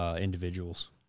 individuals